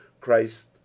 Christ